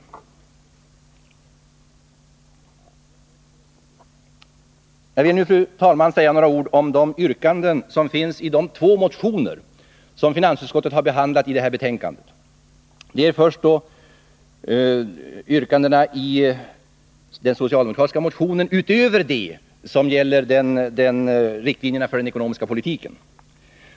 Jag vill nu, fru talman, säga några ord om de yrkanden som finns i de två motioner som behandlas i betänkandet. Först yrkandena i den socialdemokratiska motionen, utöver det som gäller riktlinjerna för den ekonomiska politiken.